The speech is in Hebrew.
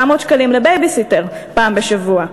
700 שקלים לבייביסיטר פעם בשבוע.